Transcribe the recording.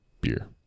beer